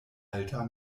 alta